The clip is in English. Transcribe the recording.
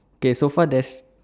okay so far there's